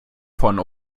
von